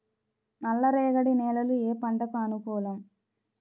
నల్ల రేగడి నేలలు ఏ పంటకు అనుకూలం?